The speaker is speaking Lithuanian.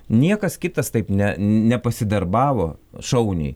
niekas kitas taip ne nepasidarbavo šauniai